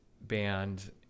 band